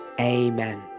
Amen